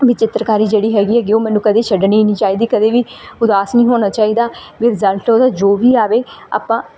ਵੀ ਚਿੱਤਰਕਾਰੀ ਜਿਹੜੀ ਹੈਗੀ ਹੈਗੀ ਉਹ ਮੈਨੂੰ ਕਦੀ ਛੱਡਣੀ ਨਹੀਂ ਚਾਹੀਦੀ ਕਦੇ ਵੀ ਉਦਾਸ ਨਹੀਂ ਹੋਣਾ ਚਾਹੀਦਾ ਵੀ ਰਿਜਲਟ ਉਹਦਾ ਜੋ ਵੀ ਆਵੇ ਆਪਾਂ